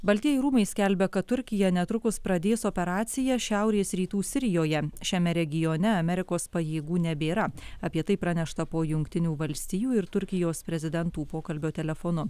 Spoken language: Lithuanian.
baltieji rūmai skelbia kad turkija netrukus pradės operaciją šiaurės rytų sirijoje šiame regione amerikos pajėgų nebėra apie tai pranešta po jungtinių valstijų ir turkijos prezidentų pokalbio telefonu